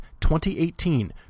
2018